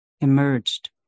emerged